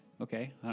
okay